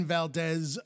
Valdez